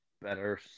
better